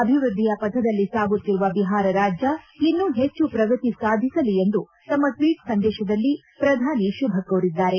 ಅಭಿವೃದ್ದಿಯ ಪಥದಲ್ಲಿ ಸಾಗುತ್ತಿರುವ ಬಿಹಾರ ರಾಜ್ಯ ಇನ್ನೂ ಹೆಚ್ಚು ಪ್ರಗತಿ ಸಾಧಿಸಲಿ ಎಂದು ತಮ್ಮ ಟ್ವೀಟ್ ಸಂದೇಶದಲ್ಲಿ ಪ್ರಧಾನಿ ಶುಭ ಕೋರಿದ್ದಾರೆ